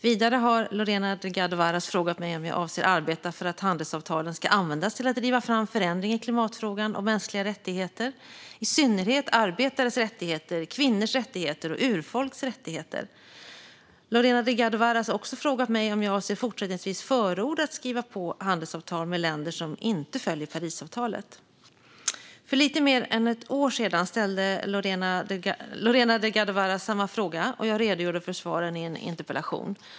Vidare har Lorena Delgado Varas frågat mig om jag avser att arbeta för att handelsavtalen ska användas till att driva fram förändring i klimatfrågan och mänskliga rättigheter, i synnerhet arbetares rättigheter, kvinnors rättigheter och urfolks rättigheter. Lorena Delgado Varas har också frågat mig om jag avser att fortsättningsvis förorda att skriva på handelsavtal med länder som inte följer Parisavtalet. För lite mer än ett år sedan ställde Lorena Delgado Varas samma frågor, och jag redogjorde för svaren i en interpellation.